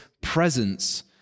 presence